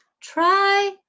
Try